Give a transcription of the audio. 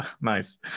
nice